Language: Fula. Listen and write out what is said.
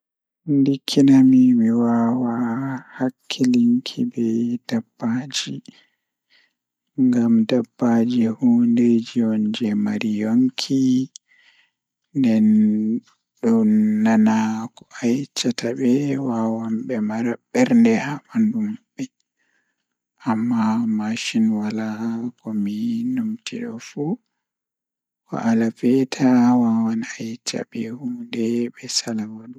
So mi waawi ɗonnoogol ko mi njiiɗi ngoodi animals walla yimre ngal ngal ngal, miɗo ɗonnoo yimre ngal ngal. Yimre ngal ngal ɓe njidda heewi ngam ngal faama e ndiyam ngal